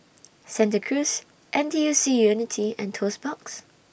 Santa Cruz N T U C Unity and Toast Box